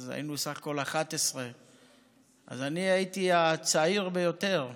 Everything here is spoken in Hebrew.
אז היינו בסך הכול 11. אני הייתי הצעיר ביותר בבית,